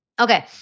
Okay